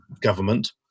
government